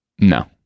no